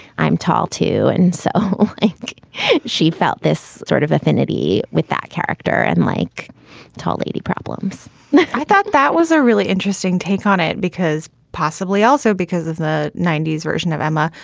i'm tall, too. and so she felt this sort of affinity with that character. and like tall lady problems i thought that was a really interesting take on it because possibly also because of the ninety s version of emma,